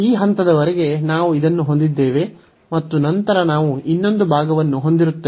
ಈ ಹಂತದವರೆಗೆ ನಾವು ಇದನ್ನು ಹೊಂದಿದ್ದೇವೆ ಮತ್ತು ನಂತರ ನಾವು ಇನ್ನೊಂದು ಭಾಗವನ್ನು ಹೊಂದಿರುತ್ತೇವೆ